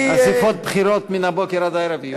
אספות בחירות מן הבוקר עד הערב יהיו.